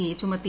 A ചുമത്തി